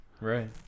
Right